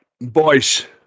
boys